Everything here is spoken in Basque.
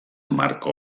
marko